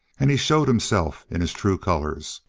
and he showed himself in his true colors.